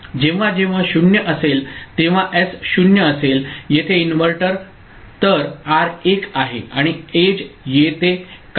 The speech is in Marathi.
जेव्हा जेव्हा 0 असेल तेव्हा एस 0 असेल येथे इन्व्हर्टर तर आर 1 आहे आणि एज येते काय होईल